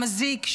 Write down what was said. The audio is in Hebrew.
המזיק,